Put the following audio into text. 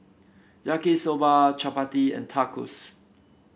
Yaki Soba Chapati and Tacos